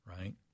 right